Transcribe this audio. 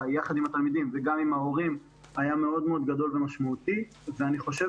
יחד עם התלמידים וגם עם ההורים היה מאוד מאוד גדול ומשמעותי ואני חושב